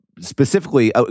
Specifically